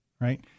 right